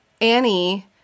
Annie